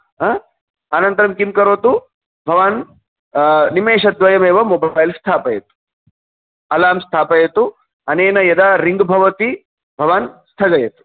हा अनन्तरं किं करोतु भवान् निमेषद्वयमेव मोबैल् स्थापयतु अलाम् स्थापयतु अनेन यदा रिङ्ग् भवति भवान् स्थगयतु